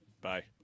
bye